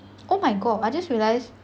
oh my god I just realised